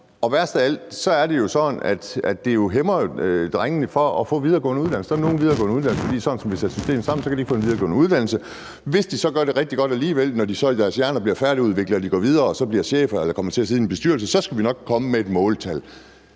Og værst af alt er det jo sådan, at det hæmmer drengene i forhold til at få en videregående uddannelse. I forhold til nogle videregående uddannelser har vi sat systemet sådan sammen, at de ikke kan få det. Hvis de så gør det rigtig godt alligevel, når deres hjerner så er færdigudviklede og de kommer videre og bliver chefer eller sidder i en bestyrelse, så skal vi nok komme med et måltal.